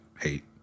hate